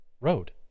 road